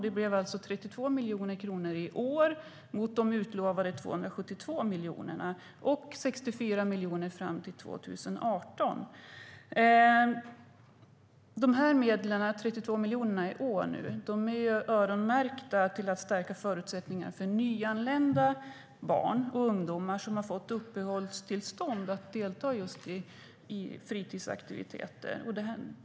Det blev alltså 32 miljoner kronor i år, mot de utlovade 272 miljonerna, och 64 miljoner fram till 2018. De 32 miljonerna i år är öronmärkta till att stärka förutsättningarna för nyanlända barn och ungdomar som har fått uppehållstillstånd att delta just i fritidsaktiviteter.